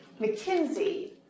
McKinsey